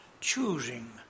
choosing